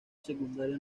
secundaria